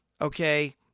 Okay